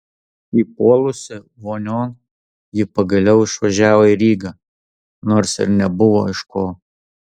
įpuolusi vonion ji pagaliau išvažiavo į rygą nors ir nebuvo iš ko